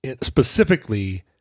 specifically